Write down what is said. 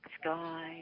sky